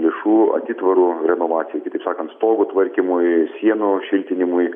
lėšų atitvarų renovacijai kitaip sakant stogo tvarkymui sienų šiltinimui